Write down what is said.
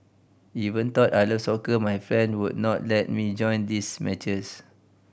even though I love soccer my friend would not let me join their matches